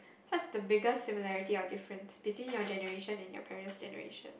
what's the biggest similarity or difference between your generation and your parent's generation